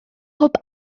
bob